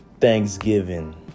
Thanksgiving